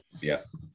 Yes